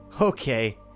Okay